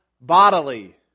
bodily